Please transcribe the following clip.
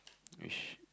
is